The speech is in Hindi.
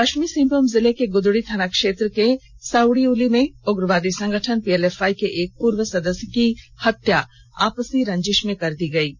पष्चिमी सिंहभूम जिले के गुदड़ी थानाक्षेत्र के साउड़ीउली में उग्रवादी संगठन पीएलएफआई के एक पूर्व सदस्य की हत्या आपसी रजिष में कर दी गयी है